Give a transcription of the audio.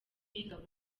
y’ingabo